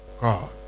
God